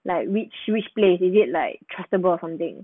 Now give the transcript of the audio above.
like which which place is it like trustable or something